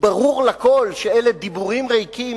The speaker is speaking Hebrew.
ברור לכול שאלה דיבורים ריקים,